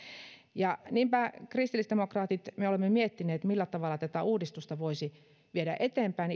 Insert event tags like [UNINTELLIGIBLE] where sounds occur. niinpä me kristillisdemokraatit olemme miettineet millä tavalla tätä uudistusta voisi viedä eteenpäin [UNINTELLIGIBLE]